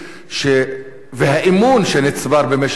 והאמון שנצבר במשך השנים.